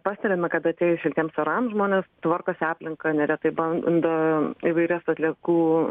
pastebime kad atėjus šiltiems orams žmonės tvarkosi aplinką neretai bando įvairias atliekų